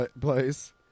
place